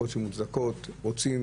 יכול להיות שהן מוצדקות רוצים